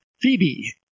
Phoebe